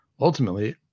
ultimately